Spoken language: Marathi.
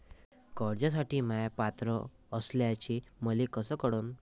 कर्जसाठी म्या पात्र असल्याचे मले कस कळन?